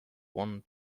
one